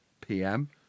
PM